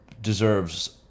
deserves